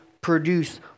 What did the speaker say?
produce